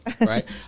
right